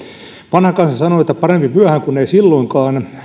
vanha kansa sanoo että parempi myöhään kuin ei silloinkaan